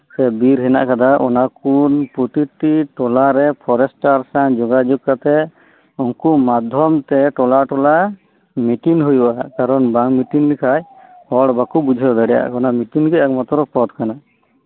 ᱥᱮ ᱵᱤᱨ ᱦᱮᱱᱟᱜ ᱟᱠᱟᱫᱟ ᱚᱱᱟᱠᱩ ᱯᱚᱛᱤᱴᱤ ᱴᱚᱞᱟᱨᱮ ᱯᱷᱚᱨᱮᱥᱴᱟᱨ ᱥᱟᱶ ᱡᱚᱜᱟᱡᱚᱜ ᱠᱟᱛᱮᱜ ᱩᱱᱠᱩ ᱢᱟᱫᱷᱚᱢ ᱛᱮ ᱴᱚᱞᱟ ᱴᱚᱞᱟ ᱢᱤᱴᱤᱱ ᱦᱩᱭᱩᱜ ᱟ ᱠᱟᱨᱚᱱ ᱵᱟᱝ ᱢᱤᱴᱤᱱ ᱞᱮᱠᱷᱟᱡ ᱦᱚᱲᱵᱟᱠᱩ ᱵᱩᱡᱷᱟᱹᱣ ᱫᱟᱲᱤᱭᱟᱜ ᱟ ᱚᱱᱟ ᱢᱤᱴᱤᱱ ᱜᱤ ᱮᱠᱢᱟᱛᱨᱚ ᱯᱚᱛᱷ ᱠᱟᱱᱟ